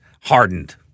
hardened